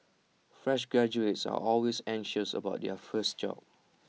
fresh graduates are always anxious about their first job